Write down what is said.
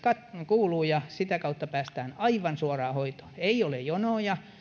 kuuluu ja sitä kautta päästään aivan suoraan hoitoon ei ole jonoja